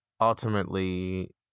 ultimately